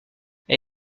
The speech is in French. elle